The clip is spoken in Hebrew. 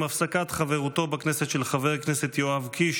עם הפסקת חברותו בכנסת של חבר הכנסת יואב קיש,